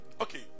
Okay